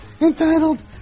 entitled